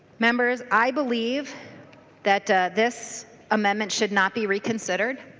members i believe that this amendment should not be reconsidered.